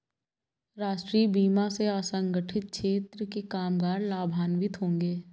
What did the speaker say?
राष्ट्रीय बीमा से असंगठित क्षेत्र के कामगार लाभान्वित होंगे